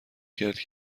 کرد